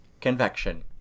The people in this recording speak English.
convection